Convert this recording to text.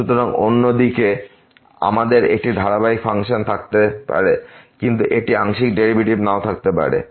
সুতরাং অন্য দিকে আমাদের একটি ধারাবাহিক ফাংশন থাকতে পারে কিন্তু এটি আংশিক ডেরিভেটিভ নাও থাকতে পারে